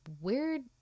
Weird